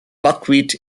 buckwheat